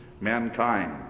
mankind